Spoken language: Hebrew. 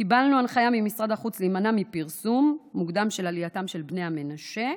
קיבלנו הנחיה ממשרד החוץ להימנע מפרסום מוקדם של עלייתם של בני המנשה,